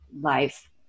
life